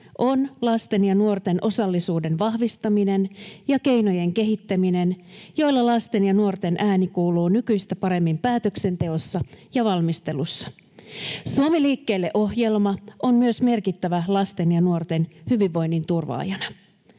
on lasten ja nuorten osallisuuden vahvistaminen ja niiden keinojen kehittäminen, joilla lasten ja nuorten ääni kuuluu nykyistä paremmin päätöksenteossa ja valmistelussa. Suomi liikkeelle ‑ohjelma on myös merkittävä lasten ja nuorten hyvinvoinnin turvaajana.